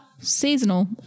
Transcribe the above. Seasonal